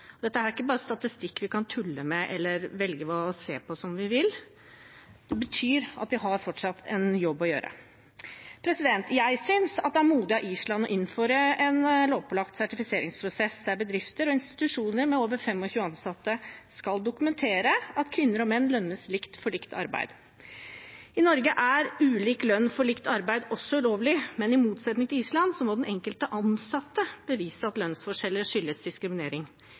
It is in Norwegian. Dette er ikke statistikk vi bare kan tulle med eller velge å se på som vi vil, den betyr at vi fortsatt har en jobb å gjøre. Jeg synes det er modig av Island å innføre en lovpålagt sertifiseringsprosess der bedrifter og institusjoner med over 25 ansatte skal dokumentere at kvinner og menn lønnes likt for likt arbeid. Også i Norge er ulik lønn for likt arbeid ulovlig, men i motsetning til på Island må den enkelte ansatte bevise at lønnsforskjeller skyldes diskriminering.